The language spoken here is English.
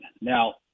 Now